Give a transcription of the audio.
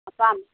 ꯑ ꯆꯥꯝ